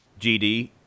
GD